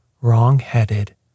wrong-headed